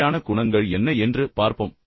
தேவையான சில குணங்கள் என்ன விரைவாகப் பார்ப்போம்